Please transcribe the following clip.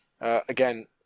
Again